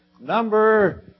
number